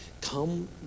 Come